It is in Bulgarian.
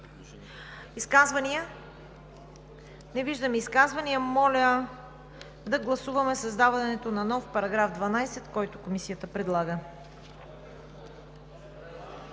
Изказвания? Не виждам изказвания. Гласуваме създаването на нов § 12, който Комисията предлага,